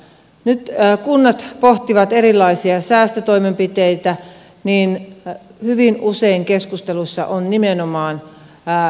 nyt kun kunnat pohtivat erilaisia säästötoimenpiteitä niin hyvin usein keskustelussa on nimenomaan esimerkiksi kouluruoka